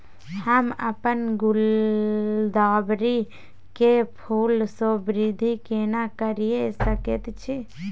हम अपन गुलदाबरी के फूल सो वृद्धि केना करिये सकेत छी?